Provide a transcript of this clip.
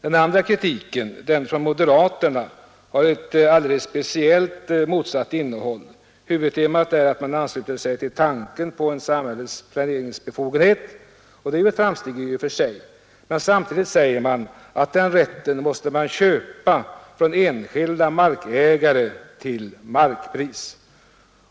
Den andra kritiken, den från moderaterna, har ett alldeles motsatt innehåll. Huvudtemat är att man ansluter sig till tanken på en samhällets planeringsbefogenhet — och detta är ju ett framsteg i och för sig — men samtidigt säger man att den rätten måste köpas från enskilda markägare till marknadspris.